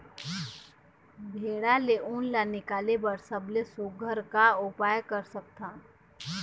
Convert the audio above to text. भेड़ा ले उन ला निकाले बर सबले सुघ्घर का उपाय कर सकथन?